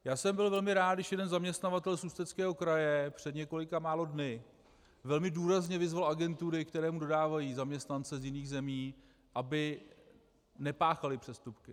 Já jsem byl velmi rád, když jeden zaměstnavatel z Ústeckého kraje před několika málo dny velmi důrazně vyzval agentury, které mu dodávají zaměstnance z jiných zemí, aby nepáchaly přestupky.